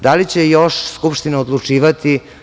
Da li će još Skupština odlučivati?